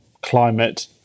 climate